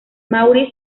maurice